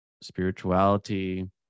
spirituality